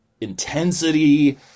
intensity